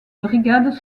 brigades